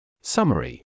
Summary